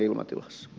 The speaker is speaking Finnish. puhujalistaan